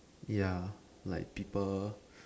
ya like people